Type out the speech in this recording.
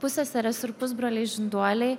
pusseserės ir pusbroliai žinduoliai